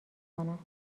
کنم